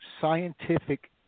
scientific